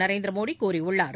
நரேந்திரமோடிகூறியுள்ளார்